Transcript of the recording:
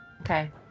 Okay